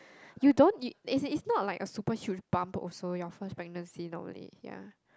you don't you as in it's it's not like a super huge bump also your first pregnancy normally ya